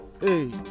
hey